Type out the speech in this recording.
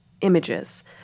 images